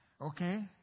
okay